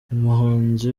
umuhanzi